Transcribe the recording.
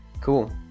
Cool